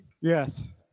Yes